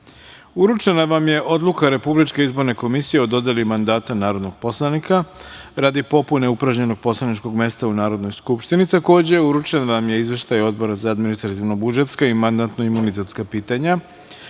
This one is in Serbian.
vam je odluka RIK o dodeli mandata narodnog poslanika, radi popune upražnjenog poslaničkog mesta u Narodnoj skupštini. Takođe, uručen vam je Izveštaj Odbora za administrativno-budžetska i mandatno-imunitetska pitanja,